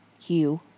Hugh